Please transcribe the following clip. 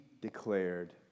declared